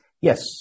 Yes